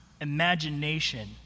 imagination